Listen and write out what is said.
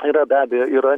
yra be abejo yra